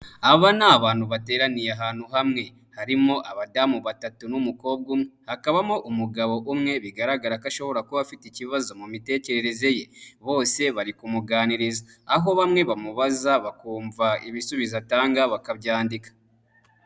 Aba ni abantu bateraniye ahantu hamwe. Harimo abadamu batatu n'umukobwa umwe, hakabamo umugabo umwe bigaragara ko ashobora kuba afite ikibazo mu mitekerereze ye. Bose bari kumuganiriza, aho bamwe bamubaza bakumva ibisubizo atanga bakabyandika.